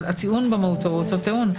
אבל הטיעון אותו טיעון.